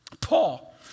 Paul